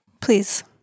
Please